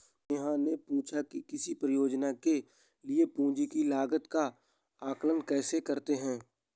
नेहा ने पूछा कि किसी परियोजना के लिए पूंजी की लागत का आंकलन कैसे करते हैं?